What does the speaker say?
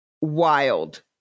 wild